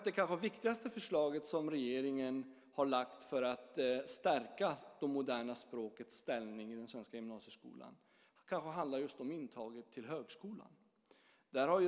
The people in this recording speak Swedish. Det viktigaste förslag som regeringen har lagt för att stärka de moderna språkens ställning i den svenska gymnasieskolan handlar om intagningen till högskolan.